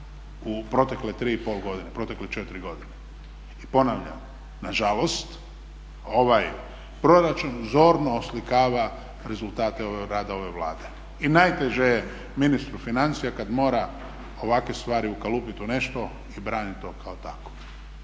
u protekle 3,5 godine, protekle 4 godine. I ponavljam, nažalost, ovaj proračun zorno oslikava rezultate rada ove Vlade. I najteže je ministru financija kad mora ovakve stvari ukalupiti u nešto i braniti to kao takvo.